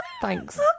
Thanks